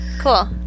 cool